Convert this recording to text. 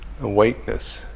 awakeness